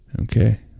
okay